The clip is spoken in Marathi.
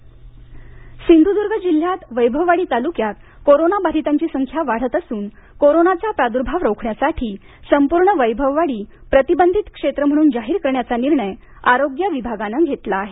सिंधुदुर्ग सिंधूदर्ग जिल्ह्यात वैभववाडी तालुक्यात कोरोना बाधितांची संख्या वाढत असून कोरोनाचा प्रादुर्भाव रोखण्यासाठी संपूर्ण वैभववाडी प्रतिबंधित क्षेत्र म्हणून जाहीर करण्याचा निर्णय आरोग्य विभागानं घेतला आहे